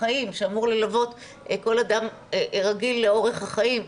שאמור ללוות כל אדם רגיל לאורך החיים,